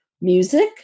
music